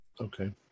Okay